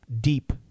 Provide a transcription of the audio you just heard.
deep